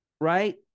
right